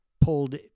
pulled